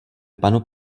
panu